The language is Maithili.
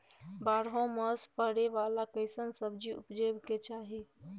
बारहो मास फरै बाला कैसन सब्जी उपजैब के चाही?